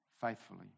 faithfully